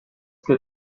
que